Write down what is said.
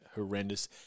horrendous